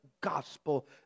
gospel